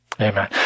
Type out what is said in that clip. amen